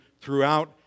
throughout